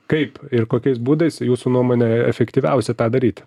kaip ir kokiais būdais jūsų nuomone efektyviausia tą daryti